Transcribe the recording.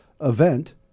event